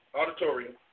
auditorium